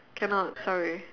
cannot sorry